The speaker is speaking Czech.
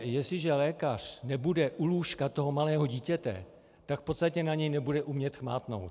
Jestliže lékař nebude u lůžka toho malého dítěte, tak v podstatě na ně nebude umět sáhnout.